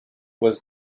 was